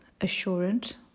assurance